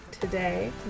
Today